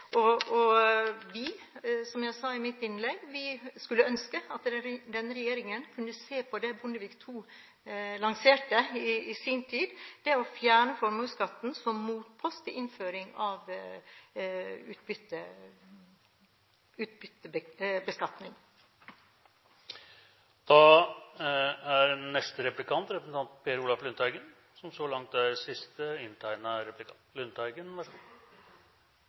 ulike partier. Vi – som jeg sa i mitt innlegg – skulle ønske at denne regjeringen kunne se på det Bondevik II lanserte i sin tid, nemlig å fjerne formuesskatten som en motpost til innføring av utbyttebeskatning. Det er riktig at Sverige tok vekk formuesskatten – de tok den vekk trinnvis, og den er